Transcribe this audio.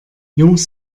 jungs